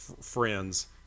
friends